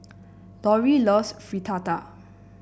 Lorie loves Fritada